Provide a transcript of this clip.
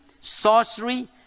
sorcery